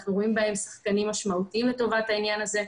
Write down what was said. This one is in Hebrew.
אנחנו רואים בהם שחקנים משמעותיים לטובת העניין הזה.